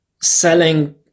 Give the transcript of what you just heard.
selling